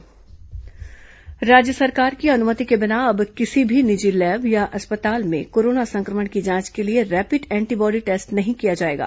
rapid antibody test राज्य सरकार की अनुमति के बिना अब किसी भी निजी लैब या अस्पताल में कोरोना संक्रमण की जांच के लिए रैपिड एंटीबॉडी टेस्ट नहीं किया जाएगा